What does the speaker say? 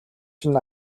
чинь